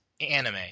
anime